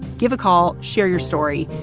give a call. share your story.